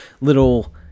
little